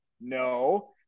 No